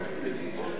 את זה בפה.